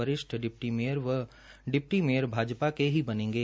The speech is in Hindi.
वरिष्ठ डिप्टी व डिपटी मेयर भाजपा के ही बनेंगे